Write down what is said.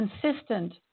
consistent